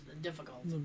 difficult